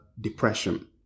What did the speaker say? depression